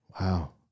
Wow